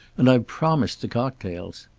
and i've promised the cocktails.